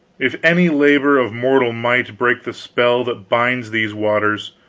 if any labor of mortal might break the spell that binds these waters,